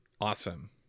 Awesome